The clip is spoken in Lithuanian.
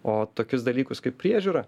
o tokius dalykus kaip priežiūra